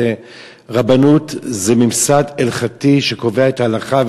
רבנות זה מוסד הלכתי שקובע את ההלכה,